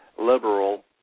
liberal